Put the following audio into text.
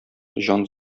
җан